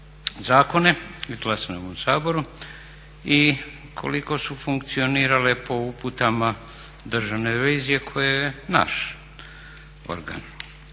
zakone izglasane u ovom Saboru i koliko su funkcionirale po uputama Državne revizije koja je naš organ.